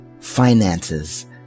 finances